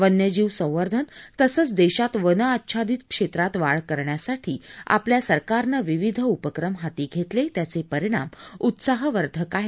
वन्यजीव संवर्धन तसंच देशात वन अच्छादीत क्षेत्रात वाढ करण्यासाठी आपल्या सरकरानं विविध उपक्रम हाती घेतले त्याचे परिणाम उत्साहवर्धक आहेत